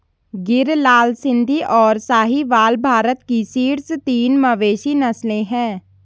गिर, लाल सिंधी, और साहीवाल भारत की शीर्ष तीन मवेशी नस्लें हैं